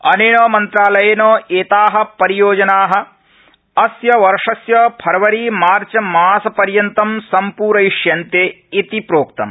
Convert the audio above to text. अनेन मन्त्रालयेन एता परियोजना अस्य वर्षस्य फरवरी मार्च मासपर्यन्तं सम्प्रयिष्यन्ते इति प्रोक्तम्